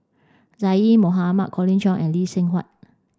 Mohamad Colin Cheong and Lee Seng Huat